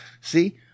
See